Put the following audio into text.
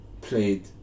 played